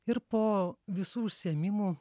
ir po visų užsiėmimų